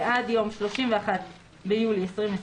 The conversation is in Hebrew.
ועד יום (31 ביולי 2020),